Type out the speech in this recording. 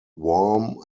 warm